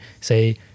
say